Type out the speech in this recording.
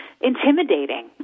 intimidating